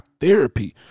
therapy